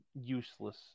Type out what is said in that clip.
useless